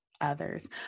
others